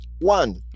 one